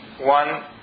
One